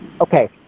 Okay